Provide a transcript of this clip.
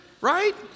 right